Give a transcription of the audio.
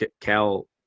Cal